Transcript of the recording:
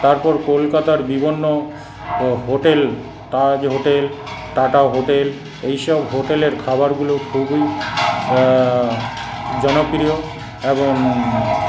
তারপর কলকাতার বিভিন্ন hotel Taj hotel Tata hotel এইসব হোটেলের খাবারগুলো খুবই জনপ্রিয় এবং